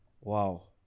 Wow